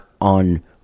on